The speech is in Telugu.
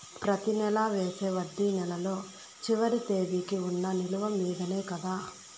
ప్రతి నెల వేసే వడ్డీ నెలలో చివరి తేదీకి వున్న నిలువ మీదనే కదా?